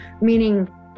Meaning